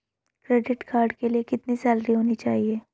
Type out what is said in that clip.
Credit card के लिए कितनी सैलरी होनी चाहिए?